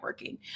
networking